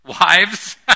wives